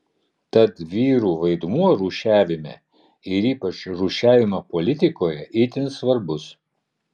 tad vyrų vaidmuo rūšiavime ir ypač rūšiavimo politikoje itin svarbus